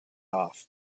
off